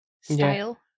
style